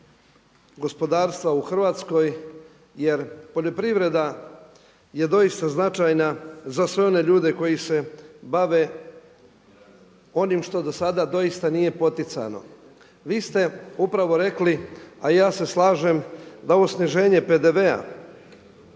gospodarstva u Hrvatskoj jer poljoprivreda je doista značajna za sve one ljude koji se bave onim što do sada doista nije poticano. Vi ste upravo rekli, a i ja se slažem da ovo sniženje PDV-a